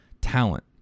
talent